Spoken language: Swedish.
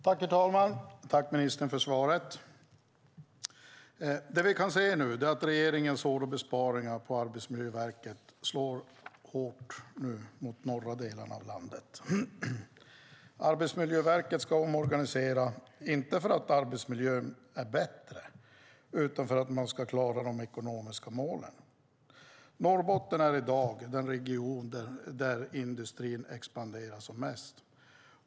Herr talman! Jag tackar ministern för svaret. Vi kan se nu att regeringens hårda besparingar på Arbetsmiljöverket slår hårt mot de norra delarna av landet. Arbetsmiljöverket ska omorganiseras, inte för att arbetsmiljön är bättre utan för att man ska klara de ekonomiska målen. Norrbotten är i dag den region där industrin expanderar som mest.